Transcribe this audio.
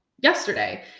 Yesterday